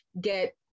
get